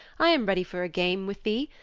i am ready for a game with thee.